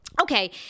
okay